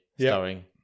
starring